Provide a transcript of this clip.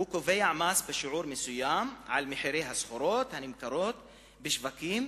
הוא קובע מס בשיעור מסוים על מחירי הסחורות הנמכרות בשווקים,